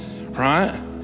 right